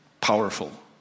powerful